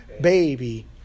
baby